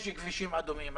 יש כבישים אדומים.